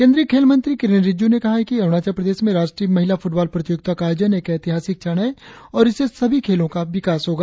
केंद्रीय खेल मंत्री किरेन रिजिजू ने कहा है कि अरुणाचल प्रदेश में राष्ट्रीय महिला फुटबॉल प्रतियोगिता का आयोजन एक ऐतिहासिक क्षण है और इससे सभी खेलों का विकास होगा